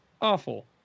awful